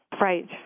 Right